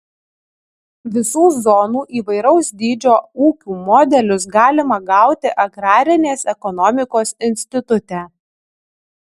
visų zonų įvairaus dydžio ūkių modelius galima gauti agrarinės ekonomikos institute